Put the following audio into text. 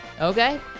Okay